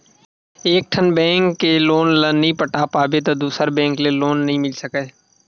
एकठन बेंक के लोन ल नइ पटा पाबे त दूसर बेंक ले लोन नइ मिल सकय